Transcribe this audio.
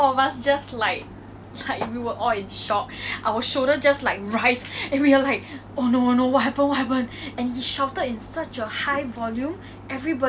so I had like the bird's eye view of everything and then what I saw what I saw was a wave